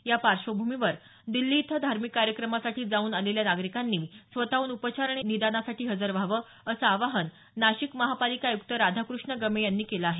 या पार्श्वभूमीवर दिल्ली इथं धार्मिक कार्यक्रमासाठी जाऊन आलेल्या नागरिकांनी स्वतःहून उपचार आणि निदानासाठी हजर व्हावे असं आवाहन नाशिक महापालिका आय़्क्त राधाकृष्ण गमे यांनी केलं आहे